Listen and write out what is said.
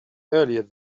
earlier